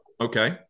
Okay